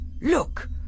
Look